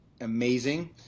amazing